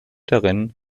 darin